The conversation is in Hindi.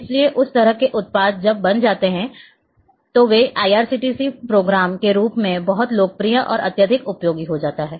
इसलिए उस तरह के उत्पाद जब बनाए जाते हैं तो वे IRCTC प्रोग्राम के रूप में बहुत लोकप्रिय और अत्यधिक उपयोगी हो जाते हैं